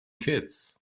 kids